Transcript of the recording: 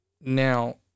now